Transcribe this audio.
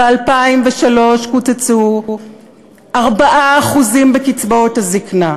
ב-2003 קוצצו 4% בקצבאות הזיקנה.